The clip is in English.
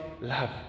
love